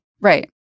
Right